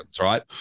right